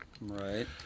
Right